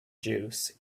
juice